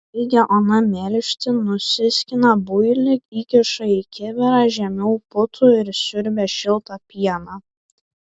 baigia ona melžti nusiskina builį įkiša į kibirą žemiau putų ir siurbia šiltą pieną